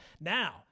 Now